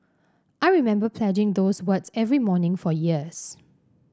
I remember pledging those words every morning for years